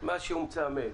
מאז שהומצא המייל.